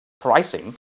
pricing